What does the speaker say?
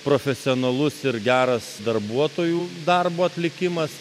profesionalus ir geras darbuotojų darbo atlikimas